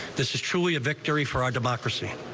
this is truly a victory for ah democracy.